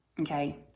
Okay